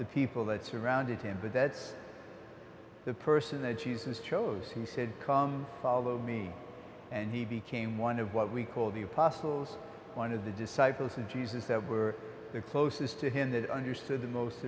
the people that surrounded him but that's the person that jesus chose he said come follow me and he became one of what we call the apostles one of the disciples of jesus that were closest to him that understood the most